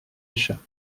échappe